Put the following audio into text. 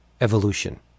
evolution